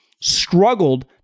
struggled